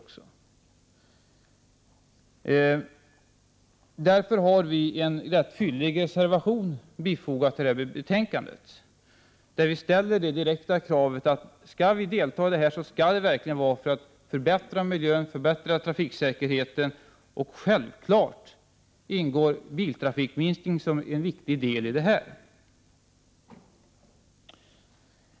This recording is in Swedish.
Därför har vi till betänkandet fogat en rätt fyllig reservation, där vi ställer det direkta kravet att om vi skall delta i det här projektet, så skall det verkligen vara för att förbättra miljön och förbättra trafiksäkerheten. Och självfallet ingår minskning av biltrafiken som en viktig del i detta.